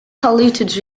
polluted